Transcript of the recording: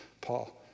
Paul